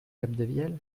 capdevielle